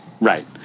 Right